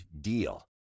DEAL